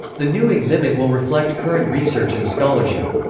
the new exhibit will reflect current research and scholarship.